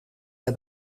hij